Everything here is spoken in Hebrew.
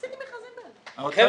עשיתי מכרזים, למשל --- מה אתה שואל?